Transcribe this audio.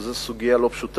וזו סוגיה לא פשוטה,